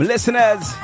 Listeners